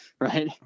Right